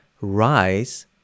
rise